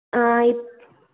இப்போ